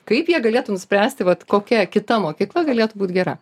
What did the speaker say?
kaip jie galėtų nuspręsti vat kokia kita mokykla galėtų būt gera